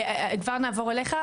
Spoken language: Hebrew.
כבר נעבור אליך,